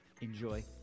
Enjoy